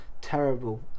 terrible